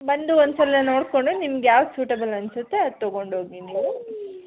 ಬಂದು ಒಂದ್ಸಲ ನೋಡಿಕೊಂಡು ನಿಮಗೆ ಯಾವ್ದು ಸುಟೇಬಲ್ ಅನ್ನಿಸುತ್ತೆ ಅದು ತಗೊಂಡು ಹೋಗಿ ನೀವು